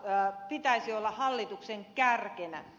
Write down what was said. tämän pitäisi olla hallituksen kärkenä